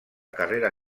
carrera